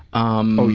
um,